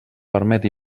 permet